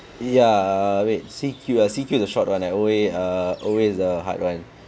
ya wait C_Q ah C_Q is the short [one] right O_A is the hard [one]